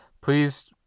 please